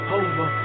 over